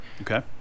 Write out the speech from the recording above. Okay